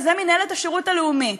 וזה מינהלת השירות הלאומי.